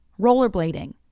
rollerblading